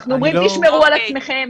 אנחנו אומרים: תשמרו על עצמכם.